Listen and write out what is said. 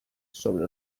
sobre